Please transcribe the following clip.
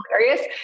hilarious